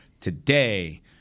today